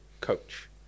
Coach